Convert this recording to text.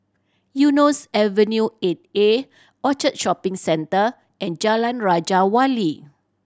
Eunos Avenue Eight A Orchard Shopping Centre and Jalan Raja Wali